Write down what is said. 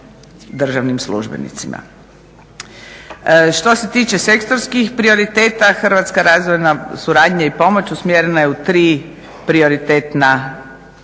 državnim službenicima. Što se tiče sektorskih prioriteta, hrvatska razvojna suradnja i pomoć usmjerena je u tri prioritetna pravca: